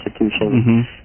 institutions